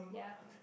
yup